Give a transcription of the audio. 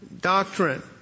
doctrine